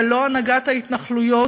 ולא הנהגת ההתנחלויות,